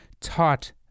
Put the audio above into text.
taught